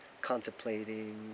contemplating